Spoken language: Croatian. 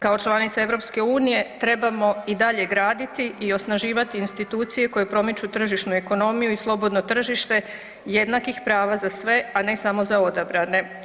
Kao članica EU-a, trebamo i dalje graditi i osnaživati institucije koje promiču tržišnu ekonomiju i slobodno tržište jednakih prava za sve a ne samo za odabrane.